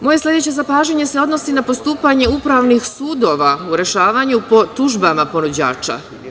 Moje sledeće zapažanje se odnosi na postupanje upravnih sudova u rešavanju po tužbama ponuđača.